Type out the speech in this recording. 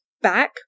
back